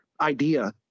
idea